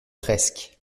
presque